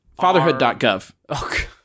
fatherhood.gov